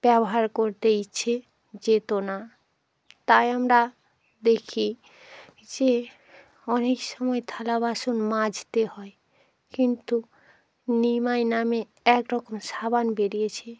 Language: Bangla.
ব্যবহার করতে ইচ্ছে যেতো না তাই আমরা দেখি যে অনেক সময় থালা বাসন মাজতে হয় কিন্তু নিমাই নামে এক রকম সাবান বেরিয়েছে